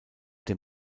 dem